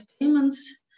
payments